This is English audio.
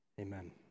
Amen